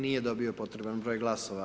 Nije dobio potreban broj glasova.